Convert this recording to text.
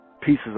pieces